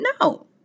No